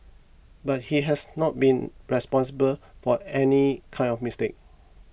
but he has not been responsible for any kind of mistake